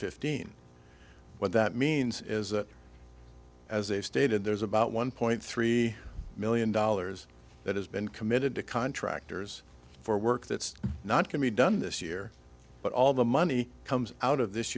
fifteen what that means is that as a state and there's about one point three million dollars that has been committed to contractors for work that's not going to be done this year but all the money comes out of this